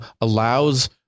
allows